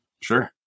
Sure